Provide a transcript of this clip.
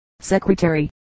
secretary